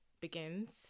begins